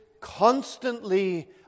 constantly